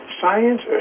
Science